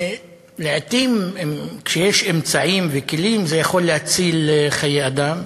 לעתים, כשיש אמצעים וכלים, זה יכול להציל חיי אדם,